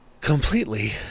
completely